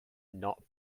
not